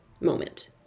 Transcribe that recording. moment